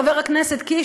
חבר הכנסת קיש,